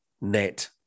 net